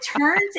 turns